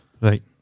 right